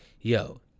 Yo